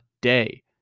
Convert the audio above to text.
day